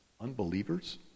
unbelievers